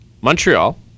Montreal